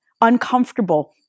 uncomfortable